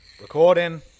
recording